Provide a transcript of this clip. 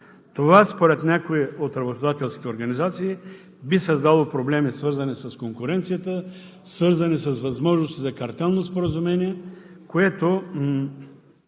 Това според някои от работодателските организации би създало проблеми, свързани с конкуренцията, свързани с възможностите за картелно споразумение, което